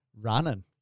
running